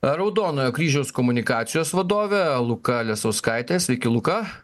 raudonojo kryžiaus komunikacijos vadovė luka lesauskaitė sveiki luka